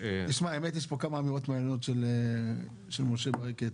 יש פה כמה אמירות מעניינות של משה ברקת.